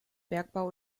bergbau